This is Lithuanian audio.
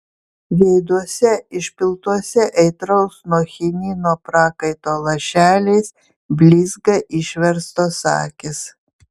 veiduose išpiltuose aitraus nuo chinino prakaito lašeliais blizga išverstos akys